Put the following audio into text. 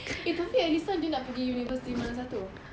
eh tapi elisa dia nak pergi university mana satu